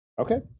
Okay